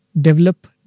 develop